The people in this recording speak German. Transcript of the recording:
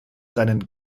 seinen